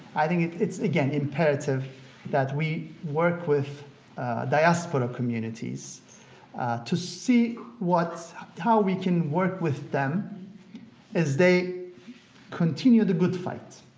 i think it's again, it's imperative that we work with diaspora communities to see what how we can work with them as they continue the good fight